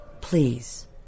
Please